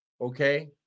okay